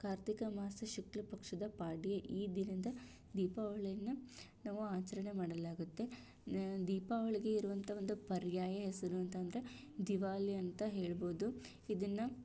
ಕಾರ್ತಿಕ ಮಾಸ ಶುಕ್ಲ ಪಕ್ಷದ ಪಾಡ್ಯೆ ಈ ದಿನದ ದೀಪಾವಳಿಯನ್ನು ನಾವು ಆಚರಣೆ ಮಾಡಲಾಗುತ್ತೆ ದೀಪಾವಳಿಗೆ ಇರುವಂಥ ಒಂದು ಪರ್ಯಾಯ ಹೆಸರು ಅಂತಂದರೆ ದಿವಾಲಿ ಅಂತ ಹೇಳ್ಬೋದು ಇದನ್ನು